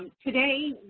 today,